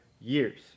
years